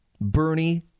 Bernie